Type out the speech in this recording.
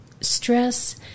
stress